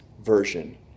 version